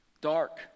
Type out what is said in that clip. dark